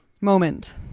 moment